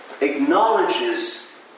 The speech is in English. Acknowledges